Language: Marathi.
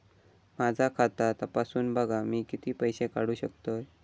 माझा खाता तपासून बघा मी किती पैशे काढू शकतय?